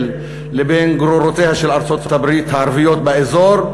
לבין גרורותיה הערביות של ארצות-הברית באזור,